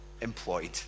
employed